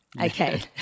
Okay